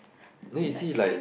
then you see like